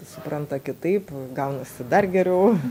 supranta kitaip gaunasi dar geriau